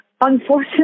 Unfortunately